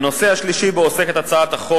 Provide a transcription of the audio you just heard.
הנושא השלישי שבו עוסקת הצעת החוק